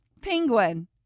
penguin